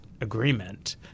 agreement